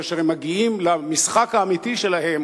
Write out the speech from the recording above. כאשר הם מגיעים למשחק האמיתי שלהם,